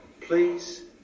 please